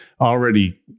already